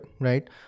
right